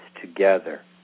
together